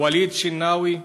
וליד שנאוי,